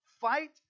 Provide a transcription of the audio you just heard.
fight